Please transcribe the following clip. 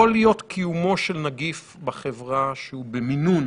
צריכה להיות הכלי המרכזי כשהחלופות הטכנולוגיות הם כלים